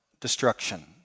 destruction